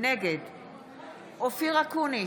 נגד אופיר אקוניס,